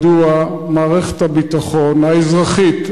מדוע מערכת הביטחון האזרחית,